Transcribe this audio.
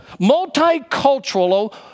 multicultural